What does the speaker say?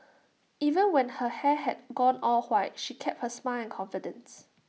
even when her hair had gone all white she kept her smile and confidence